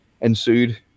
ensued